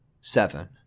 Seven